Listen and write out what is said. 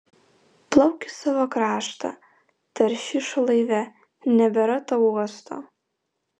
plauk į savo kraštą taršišo laive nebėra tau uosto